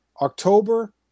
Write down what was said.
October